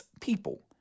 people